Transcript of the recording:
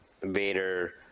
Vader